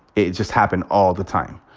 it just happened all the time.